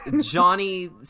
Johnny